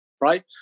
right